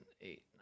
eight